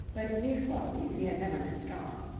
but in these qualities he had never been strong.